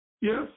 Yes